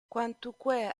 quantunque